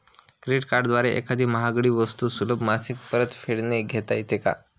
Credit कार्डद्वारे एखादी महागडी वस्तू सुलभ मासिक परतफेडने घेता येते का?